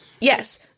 Yes